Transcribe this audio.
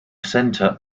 center